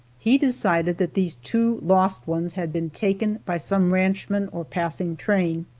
he decided that these two lost ones had been taken by some ranchman or passing train.